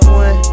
one